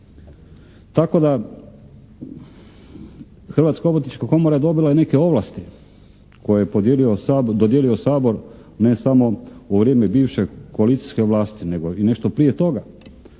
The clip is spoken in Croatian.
Hrvatska obrtnička komora dobila je neke ovlasti koje je dodijelio Sabor ne samo u vrijeme bivše koalicijske vlasti nego i nešto prije toga.